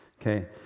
Okay